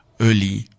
early